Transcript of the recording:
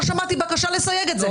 לא שמעתי בקשה לסייג את זה.